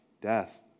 death